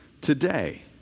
today